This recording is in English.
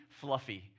fluffy